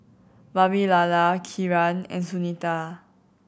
Vavilala Kiran and Sunita